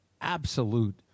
absolute